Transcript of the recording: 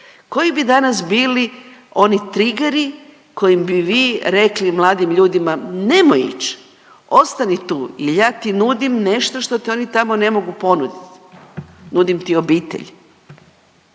Koji bi danas bili oni trigeri kojim bi vi rekli mladim ljudima, nemoj ić, ostani tu jer ja ti nudim nešto što ti oni tamo ne mogu ponuditi. Nudim ti obitelj.